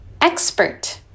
Expert